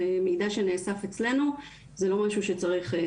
זה מידע שנאסף אצלינו וזה לא משהו שצריך.